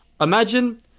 imagine